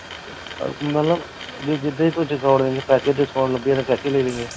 मतलब जेकर पैकेज़ च डिस्कांऊट लब्भी जा ते पैकेज़ लेई लैगे